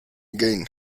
gain